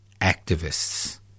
activists